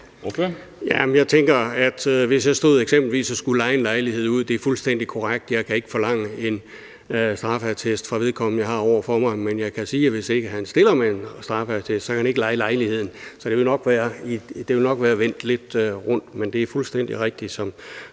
stod og skulle leje en lejlighed ud, er fuldstændig korrekt, at jeg ikke kan forlange en straffeattest fra vedkommende, jeg har over for mig, men jeg kan sige, at han, hvis ikke han stiller med en straffeattest, så ikke kan leje lejligheden. Det vil nok være vendt lidt rundt, men det er fuldstændig rigtigt,